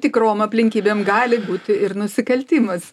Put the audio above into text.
tikrom aplinkybėm gali būti ir nusikaltimas